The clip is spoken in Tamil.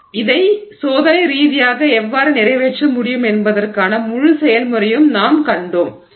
எனவே இதை சோதனை ரீதியாக எவ்வாறு நிறைவேற்ற முடியும் என்பதற்கான முழு செயல்முறையையும் நாம் கண்டோம்